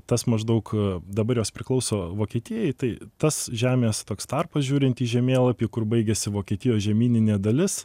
tas maždaug dabar jos priklauso vokietijai tai tas žemės toks tarpas žiūrint į žemėlapį kur baigiasi vokietijos žemyninė dalis